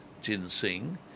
ginseng